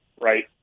right